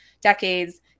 decades